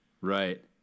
Right